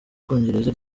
bwongereza